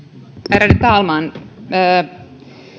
ärade talman